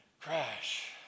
Crash